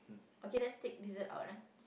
okay let's take dessert out ah